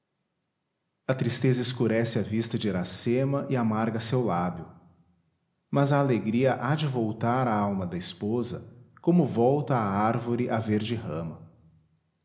amas a tristeza escurece a vista de iracema e amarga seu lábio mas a alegria há de voltar à alma da esposa como volta à árvore a verde rama